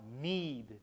need